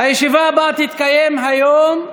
הישיבה הבאה תתקיים היום,